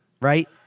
Right